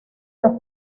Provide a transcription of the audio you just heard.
los